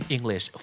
English